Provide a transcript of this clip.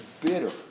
bitter